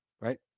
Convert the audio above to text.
right